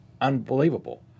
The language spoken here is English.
unbelievable